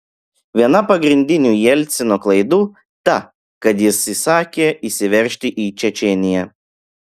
viena pagrindinių jelcino klaidų ta kad jis įsakė įsiveržti į čečėniją